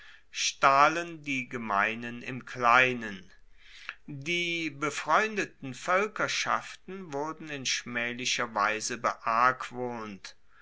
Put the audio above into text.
stahlen die gemeinen im kleinen die befreundeten voelkerschaften wurden in schmaehlicher weise